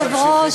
אדוני היושב-ראש,